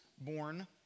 born